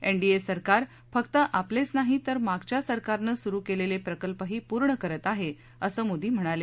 NDA सरकार फक्त आपलेच नाही तर मागच्या सरकारनं सुरु केलेले प्रकल्पही पूर्ण करत आहे असं मोदी म्हणाले